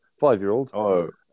five-year-old